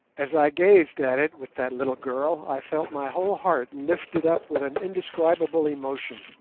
as i gazed at it with that little girl i felt my whole heart lifted up with an indescribable emotion,